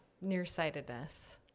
nearsightedness